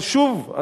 אבל שוב,